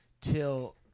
till